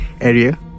area